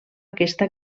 aquesta